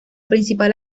principal